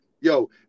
Yo